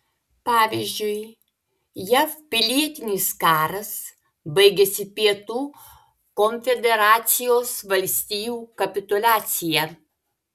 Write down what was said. pavyzdžiui jav pilietinis karas baigėsi pietų konfederacijos valstijų kapituliacija